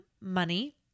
Money